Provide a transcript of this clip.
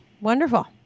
Wonderful